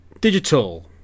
Digital